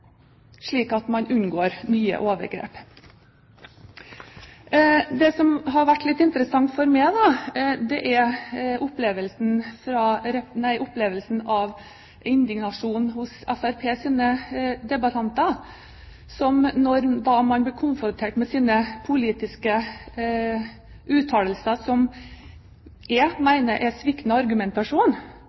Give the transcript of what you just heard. slik at man unngår nye overgrep. Det som har vært litt interessant for meg, er opplevelsen av indignasjon hos Fremskrittspartiets debattanter når man blir konfrontert med sine politiske uttalelser, som jeg mener er sviktende argumentasjon,